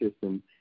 system